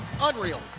Unreal